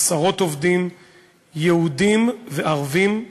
עשרות עובדים יהודים וערבים,